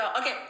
Okay